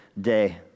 day